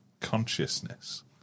Consciousness